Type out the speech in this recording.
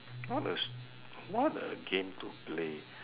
what a s~ what a game to play